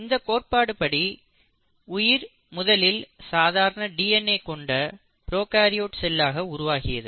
இந்தக் கோட்பாடு படி உயிர் முதலில் சாதாரண டிஎன்ஏ கொண்ட ப்ரோகாரியோடிக் செல்லாக உருவாகியது